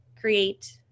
create